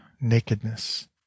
nakedness